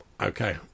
Okay